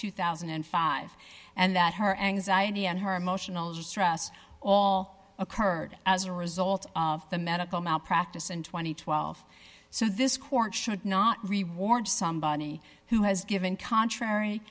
two thousand and five and that her anxiety and her emotional distress all occurred as a result of the medical malpractise in two thousand and twelve so this court should not reward somebody who has given contrary